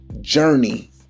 journey